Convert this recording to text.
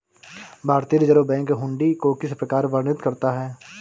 भारतीय Reserve Bank hundi को किस प्रकार वर्णित करता है?